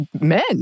men